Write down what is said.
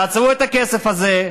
תעצרו את הכסף הזה,